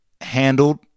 handled